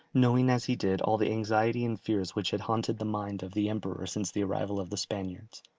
knowing as he did all the anxiety and fears which had haunted the mind of the emperor since the arrival of the spaniards.